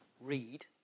read